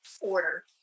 order